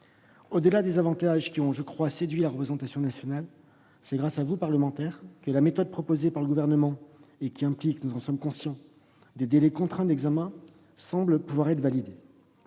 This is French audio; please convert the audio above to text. Au-delà de ces avantages qui ont séduit la représentation nationale, c'est grâce à vous, parlementaires, que la méthode proposée par le Gouvernement et qui implique, nous en sommes conscients, des délais contraints d'examen semble validée.